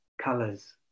colors